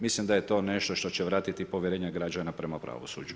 Mislim da je to nešto što će vratiti povjerenje građana prema pravosuđu.